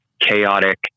chaotic